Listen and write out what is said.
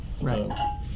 Right